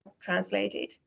translated